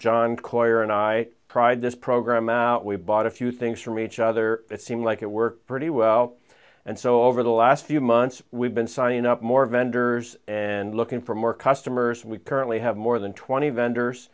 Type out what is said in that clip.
john coyer and i tried this program out we bought a few things from each other it seemed like it worked pretty well and so over the last few months we've been signing up more vendors and looking for more customers and we currently have more than twenty vendors